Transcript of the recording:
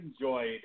enjoyed